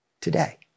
today